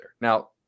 Now